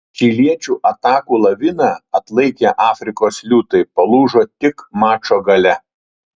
čiliečių atakų laviną atlaikę afrikos liūtai palūžo tik mačo gale